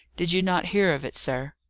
did you not hear of it, sir?